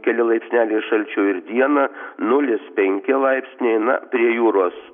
keli laipsneliai šalčio ir dieną nulis penki laipsniai na prie jūros